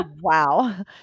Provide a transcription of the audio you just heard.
Wow